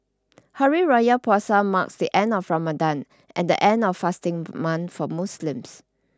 Hari Raya Puasa marks the end of Ramadan and the end of fasting for Muslims